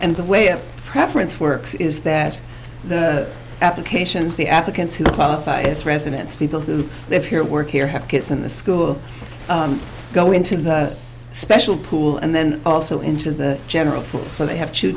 and the way of preference works is that the applications the applicants who qualify as residents people who live here work here have kids in the school go into the special pool and then also into the general so they have to